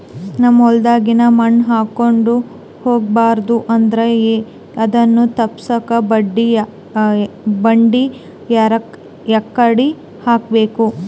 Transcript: ನಮ್ ಹೊಲದಾಗಿನ ಮಣ್ ಹಾರ್ಕೊಂಡು ಹೋಗಬಾರದು ಅಂದ್ರ ಅದನ್ನ ತಪ್ಪುಸಕ್ಕ ಬಂಡಿ ಯಾಕಡಿ ಹಾಕಬೇಕು?